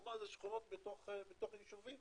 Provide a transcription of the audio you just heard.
אלה שכונות בתוך יישובים